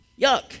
Yuck